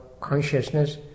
consciousness